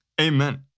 Amen